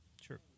Sure